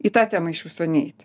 į tą temą iš viso neit